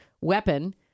weapon